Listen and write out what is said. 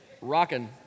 rocking